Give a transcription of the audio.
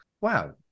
wow